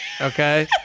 Okay